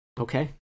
Okay